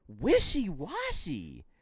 wishy-washy